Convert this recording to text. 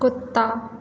कुत्ता